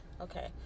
okay